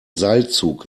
seilzug